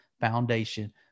foundation